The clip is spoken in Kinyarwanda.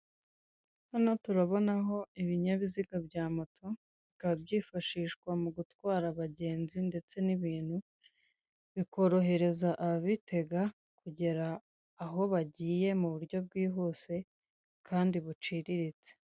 Hano turabonaho ibinyabiziga bya motobikaba byifashishwa mu gutwara abagenzi ndetse n'ibintu bikorohereza ababitega kugera aho bagiye mu buryo bwihuse kandi buciriritse